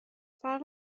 فرق